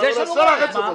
נצלם את הסרטון.